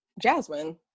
Jasmine